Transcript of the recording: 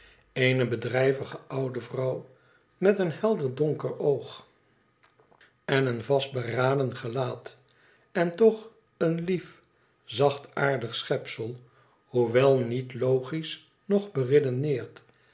eene bedrijvige oude vrouw met een helder donker oog en een vastberaden gelaat en toch een lief zachtaardig schepsel hoewel niet logisch noch beredeneerd